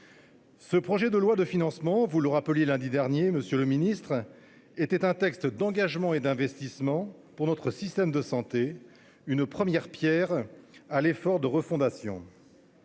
Ce projet de loi de financement de la sécurité sociale- vous le rappeliez lundi dernier, monsieur le ministre -était un texte d'engagement et d'investissement pour notre système de santé, une première pierre à l'effort de refondation.